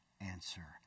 answer